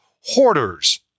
hoarders